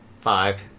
five